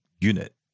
unit